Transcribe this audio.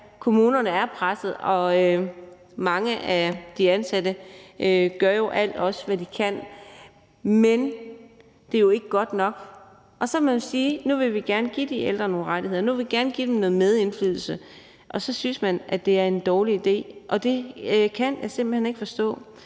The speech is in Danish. kommunerne er pressede, og mange af de ansatte gør jo alt, hvad de kan, men det er ikke godt nok. Og så kan man sige, at nu vil vi gerne give de ældre nogle rettigheder. Nu vil vi gerne give dem noget medindflydelse. Og så synes man, at det er en dårlig idé, og det kan jeg simpelt hen ikke forstå.